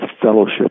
fellowship